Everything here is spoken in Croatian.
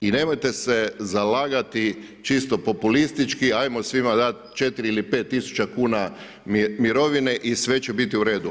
I nemojte se zalagati čisto populistički, ajmo svima dat 4 ili 5000 kuna mirovine i sve će biti u redu.